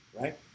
right